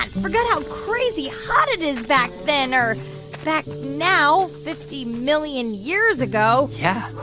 forgot how crazy hot it is back then, or back now fifty million years ago yeah,